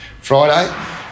Friday